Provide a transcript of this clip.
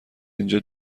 اینجا